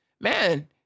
Man